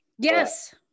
Yes